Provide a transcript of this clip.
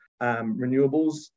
renewables